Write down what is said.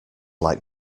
like